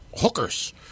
hookers